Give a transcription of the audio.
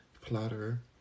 platter